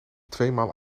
tweemaal